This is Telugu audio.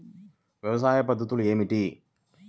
వ్యవసాయ పద్ధతులు ఏమిటి?